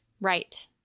Right